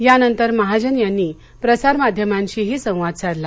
यानंतर महाजन यांनी प्रसार माध्यमांशीही संवाद साधला